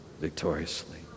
victoriously